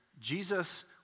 Jesus